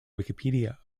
wikipedia